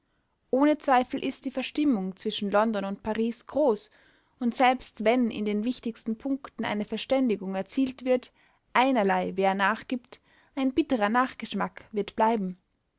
ohne zweifel ist die verstimmung zwischen london und paris groß und selbst wenn in den wichtigsten punkten eine verständigung erzielt wird einerlei wer nachgibt ein bitterer nachgeschmack wird bleiben